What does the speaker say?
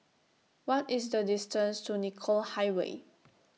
What IS The distance to Nicoll Highway